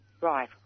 Right